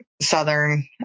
southern